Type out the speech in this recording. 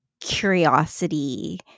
curiosity